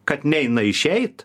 kad neina išeit